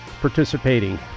participating